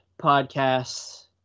podcasts